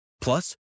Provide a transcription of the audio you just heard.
Plus